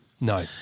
No